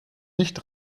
nicht